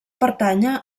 pertànyer